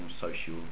social